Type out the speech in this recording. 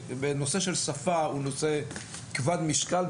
ונושא השפה הוא נושא כבד משקל.